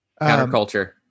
counterculture